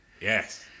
Yes